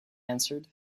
answered